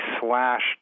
slashed